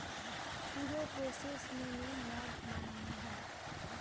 পুরো প্রসেস মেনে মদ বানানো হয়